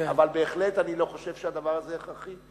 אבל בהחלט, אני לא חושב שהדבר הזה הכרחי.